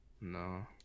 No